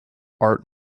art